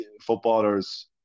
footballers